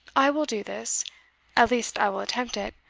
i will do this at least i will attempt it,